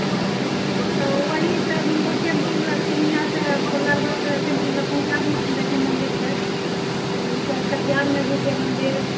ओ तऽ ओएह सबऽ टेम्पुवला पूर्णिया से बुलाएबै तऽ टेम्पूवला पहुँचा भी देइछै मन्दिर तक आओर कटिहारमे भी छै मन्दिर